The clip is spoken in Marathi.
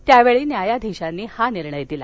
त्यावेळी न्यायाधीशांनी हा निर्णय दिला